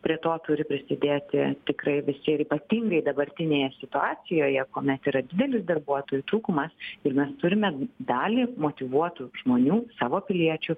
prie to turi prisidėti tikrai visi ir ypatingai dabartinėje situacijoje kuomet yra didelis darbuotojų trūkumas ir mes turime dalį motyvuotų žmonių savo piliečių